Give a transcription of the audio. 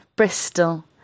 Bristol